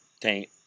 taint